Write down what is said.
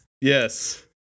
yes